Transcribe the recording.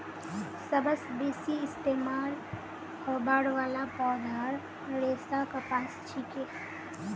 सबस बेसी इस्तमाल होबार वाला पौधार रेशा कपास छिके